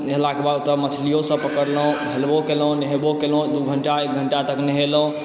हेलला के बाद ओतए मछलियो सब पकरलहुॅं हेलबो कएलहुॅं नहेबो कएलहुॅं दू घण्टा एक घण्टा तक नहेलौ